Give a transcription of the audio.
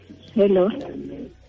Hello